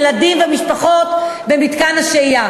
ילדים ומשפחות במתקן השהייה.